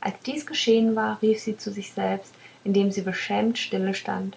als dies geschehen war rief sie zu sich selbst in dem sie beschämt stille stand